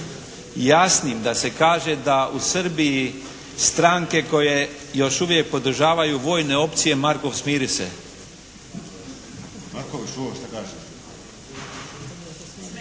jasnim da se kaže da u Srbiji stranke koje još uvijek podržavaju vojne opcije. …/Upadica se